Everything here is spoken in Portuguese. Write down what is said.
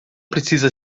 precisa